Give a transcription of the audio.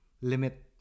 limit